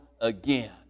again